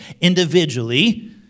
individually